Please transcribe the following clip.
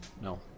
no